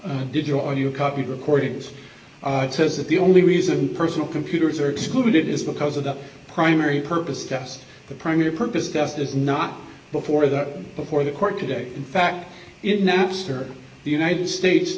a digital or you copied recordings it says that the only reason personal computers are excluded is because of the primary purpose test the primary purpose just is not before that before the court today in fact in napster the united states